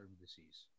disease